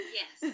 yes